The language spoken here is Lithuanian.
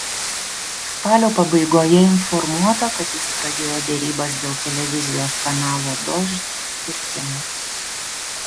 spalio pabaigoje informuota kad jis pradėjo derybas dėl televizijos kanalo dožd pirkimo